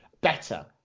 better